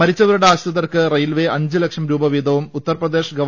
മരിച്ചവരുടെ ആശ്രിതർക്ക് റെയിൽവെ അഞ്ച് ലക്ഷം രൂപ വീതവും ഉത്തർപ്രദേശ് ഗവ